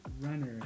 runner